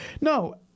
no